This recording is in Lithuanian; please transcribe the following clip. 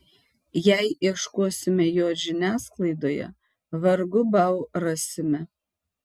jei ieškosime jo žiniasklaidoje vargu bau rasime